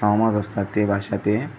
सहमत असतात ते भाषा ते